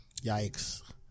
Yikes